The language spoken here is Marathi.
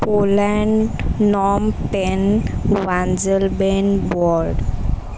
पोलँड नॉम्पेन वांजल बेन बॉर